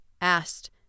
asked